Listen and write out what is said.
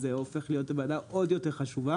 זה הופך את הוועדה להיות עוד יותר חשובה.